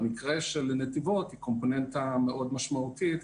במקרה של נתיבות היא קומפוננטה מאוד משמעותית,